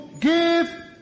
give